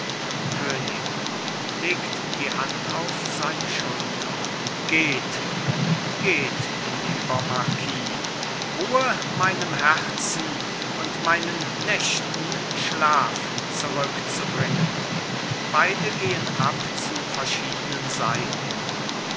könig legt die hand auf seine schulter geht geht lieber marquis ruhe meinem herzen und meinen nächten schlaf zurückzubringen beide gehen ab zu verschiedenen seiten